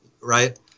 Right